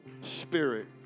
Spirit